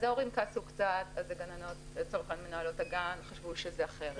וההורים כעסו קצת ומנהלות הגן חשבו שזה אחרת.